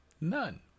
none